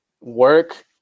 work